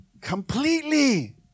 Completely